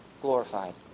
glorified